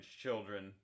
children